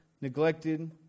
neglected